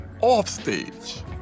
offstage